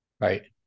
right